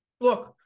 Look